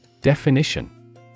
Definition